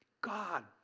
God